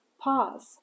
Pause